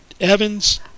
Evans